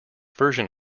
version